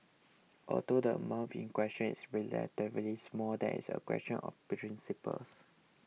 although the amount in question is relatively small there is a question of principle